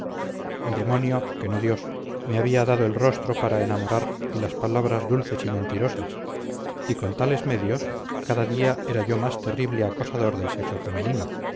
el demonio que no dios me había dado el rostro para enamorar y las palabras dulces y mentirosas y con tales medios cada día era yo más terrible acosador del sexo femenino